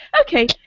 okay